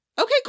okay